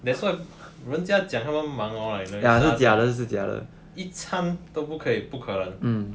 that's what 人家讲他们忙 hor I 傻掉一餐都不可以不可能